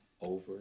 over